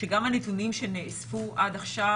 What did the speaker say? שגם הנתונים שנאספו עד עכשיו,